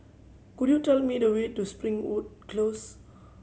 could you tell me the way to Springwood Close